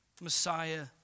Messiah